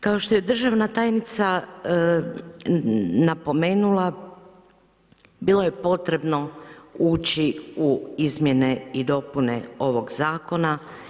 Kao što je državna tajnica napomenula bilo je potrebno ući u izmjene i dopune ovog zakona.